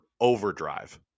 overdrive